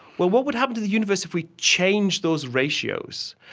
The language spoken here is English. well, what would happen to the universe if we changed those ratios?